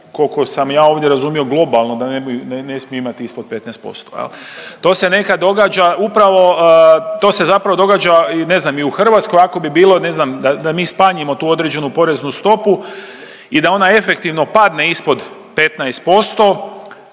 kolko sam ja ovdje razumio globalno da ne bi, ne smije imati ispod 15% jel. To se nekad događa upravo, to se zapravo događa i, ne znam i u Hrvatskoj ako bi bilo ne znam da, da mi smanjimo tu određenu poreznu stopu i da ona efektivno padne ispod 15%